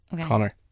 Connor